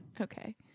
Okay